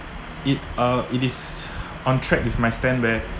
it uh it is on track with my stand where